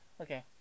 Okay